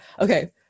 Okay